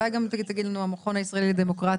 אולי גם לנו תגיד לנו הנציגה של המכון הישראלי לדמוקרטיה.